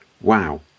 wow